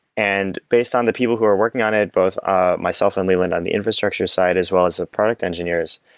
and based on the people who are working on it, both ah myself and leland on the infrastructure side, as well as the product engineers,